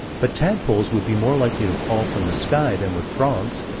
but tadpoles would be more likely to fall from the sky than would frogs,